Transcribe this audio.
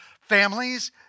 families